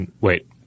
Wait